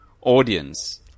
audience